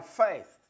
faith